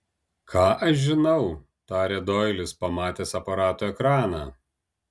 ką aš žinau tarė doilis pamatęs aparato ekraną